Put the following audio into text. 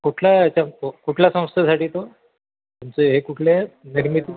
कुठल्याच्या कुठल्या संस्थेसाठी तो तुमचं हे कुठले निर्मिती